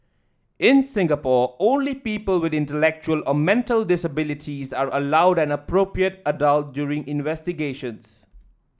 in Singapore only people with intellectual or mental disabilities are allowed an appropriate adult during investigations